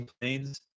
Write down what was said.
Planes